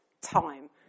time